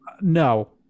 No